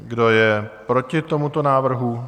Kdo je proti tomuto návrhu?